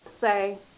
say